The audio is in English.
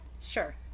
sure